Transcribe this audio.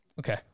Okay